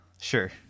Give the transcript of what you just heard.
Sure